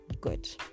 good